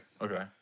Okay